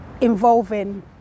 involving